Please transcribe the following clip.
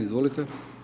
Izvolite.